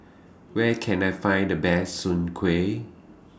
Where Can I Find The Best Soon Kuih